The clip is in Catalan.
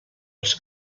els